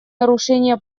нарушения